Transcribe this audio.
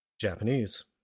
Japanese